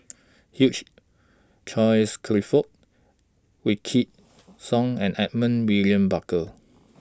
Hugh Charles Clifford Wykidd Song and Edmund William Barker